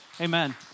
Amen